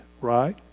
right